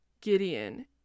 Gideon